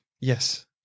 Yes